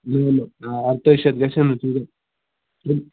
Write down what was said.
نہَ نہَ آ اَرتٲجۍ شَتھ گژھٮ۪م نہٕ تیٛوٗتاہ